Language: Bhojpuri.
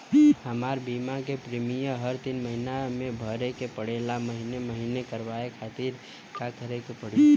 हमार बीमा के प्रीमियम हर तीन महिना में भरे के पड़ेला महीने महीने करवाए खातिर का करे के पड़ी?